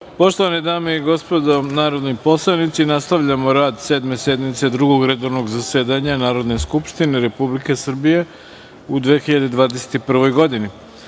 Poštovane dame i gospodo narodni poslanici, nastavljamo rad Sedme sednice Drugog redovnog zasedanja Narodne skupštine Republike Srbije u 2021. godini. Na